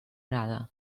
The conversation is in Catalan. arada